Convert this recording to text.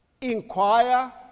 inquire